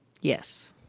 Yes